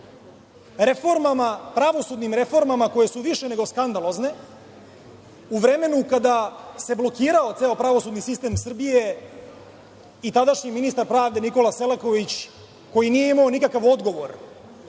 otpor pravosudnim reformama koje su više nego skandalozne u vremenu kada se blokirao ceo pravosudni sistem Srbije i tadašnji ministar pravde Nikola Selaković, koji nije imao nikakav odgovor